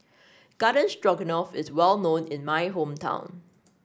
Garden Stroganoff is well known in my hometown